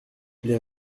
les